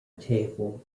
table